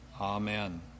Amen